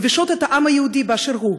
שמביישות את העם היהודי באשר הוא,